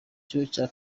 icya